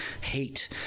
hate